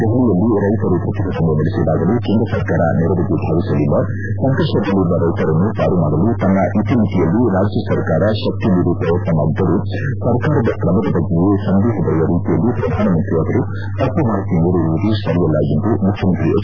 ದೆಹಲಿಯಲ್ಲಿ ರೈತರು ಪ್ರತಿಭಟನೆ ನಡೆಸಿದಾಗಲೂ ಕೇಂದ್ರ ಸರ್ಕಾರ ನೆರವಿಗೆ ಧಾವಿಸಲಿಲ್ಲ ಸಂಕಷ್ಷದಲ್ಲಿರುವ ರೈತರನ್ನು ಪಾರು ಮಾಡಲು ತನ್ನ ಇತಿಮಿತಿಯಲ್ಲಿ ರಾಜ್ಯ ಸರ್ಕಾರ ಶಕ್ತಿ ಮೀರಿ ಪ್ರಯತ್ನ ಮಾಡಿದ್ದರೂ ಸರ್ಕಾರದ ಕ್ರಮದ ಬಗ್ಗೆಯೇ ಸಂದೇಹ ಬರುವ ರೀತಿಯಲ್ಲಿ ಪ್ರಧಾನಮಂತ್ರಿ ಅವರು ತಪ್ಪು ಮಾಹಿತಿ ನೀಡಿರುವುದು ಸರಿಯಲ್ಲ ಎಂದು ಮುಖ್ಯಮಂತ್ರಿ ಹೆಚ್